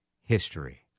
history